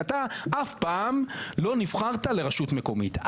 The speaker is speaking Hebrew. אתה אף פעם לא נבחרת לרשות מקומית.